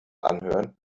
anhören